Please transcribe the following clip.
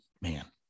man